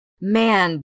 man